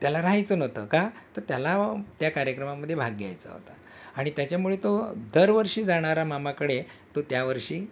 त्याला राहायचं नव्हतं का तर त्याला त्या कार्यक्रमामध्ये भाग घ्यायचा होता आणि त्याच्यामुळे तो दरवर्षी जाणारा मामाकडे तो त्यावर्षी